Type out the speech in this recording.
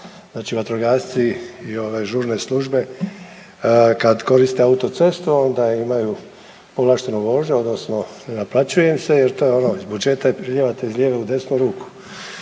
znači vatrogasci i ove žurne službe kad koriste autocestu onda imaju povlaštenu vožnju odnosno ne naplaćuje im se jer to je ono iz budžeta i prelijevate iz lijeve u desnu ruku,